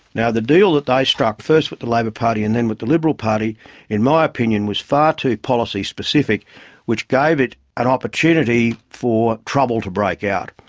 now the deal that they struck, first with the labor party and then with the liberal party in my opinion was far too policy-specific, which gave it an opportunity for trouble to break out.